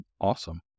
Awesome